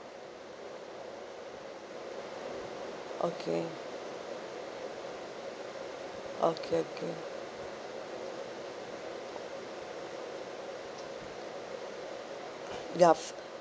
okay okay okay ya